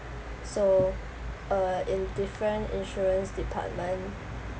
so uh in different insurance department